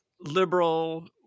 liberal